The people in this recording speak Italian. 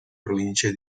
provincia